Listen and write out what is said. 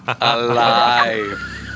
Alive